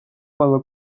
ყველა